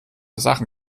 sachen